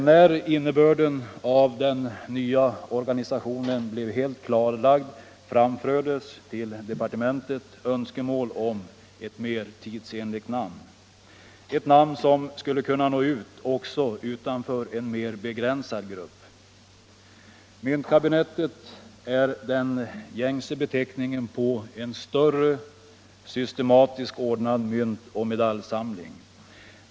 När innebörden av den nya organisationen blev helt klarlagd framfördes till departementet önskemål om ett mer tidsenligt namn, ett namn som skulle kunna nå ut också utanför en mer begränsad grupp. Myntkabinettet är den gängse beteckningen på en större systematiskt ordnad myntoch medaljsamling.